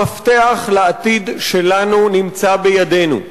המפתח לעתיד שלנו נמצא בידינו.